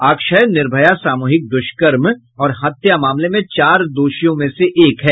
अक्षय निर्भया सामूहिक दुष्कर्म और हत्या मामले में चार दोषियों में से एक है